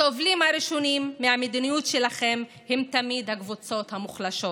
הסובלים הראשונים מהמדיניות שלכם הם תמיד הקבוצות המוחלשות